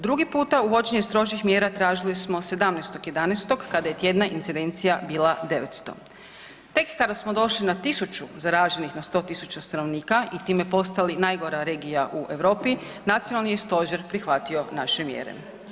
Drugi puta uvođenje strožih mjera tražili smo 17.11 kada je tjedna incidencija bila 900, tek kada smo došli na tisuću zaraženih na 100.000 stanovnika i time postali najgora regija u Europi, nacionalni je stožer prihvatio naše mjere.